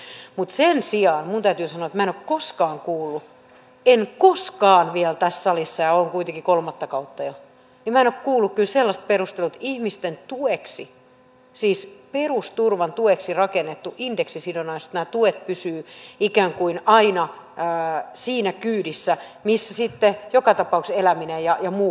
mutta sen sijaan minun täytyy sanoa että minä en ole koskaan kuullut en koskaan vielä tässä salissa ja olen kuitenkin kolmatta kautta jo tällaista perustelua tästä ihmisten tueksi perusturvan tueksi rakennetusta indeksisidonnaisuudesta jossa nämä tuet pysyvät ikään kuin aina siinä kyydissä missä sitten joka tapauksessa eläminen ja muu kallistuu